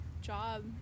job